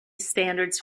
standards